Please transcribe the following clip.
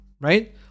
right